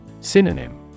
Synonym